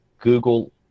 Google